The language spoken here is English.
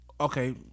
okay